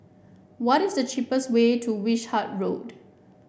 what is the cheapest way to Wishart Road